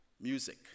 music